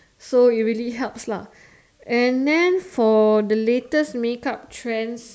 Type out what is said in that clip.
so it really helps lah and then for the latest make up trends